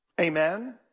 Amen